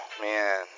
man